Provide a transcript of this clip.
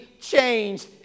changed